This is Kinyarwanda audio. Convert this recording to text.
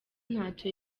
ntacyo